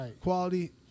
quality